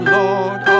lord